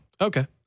Okay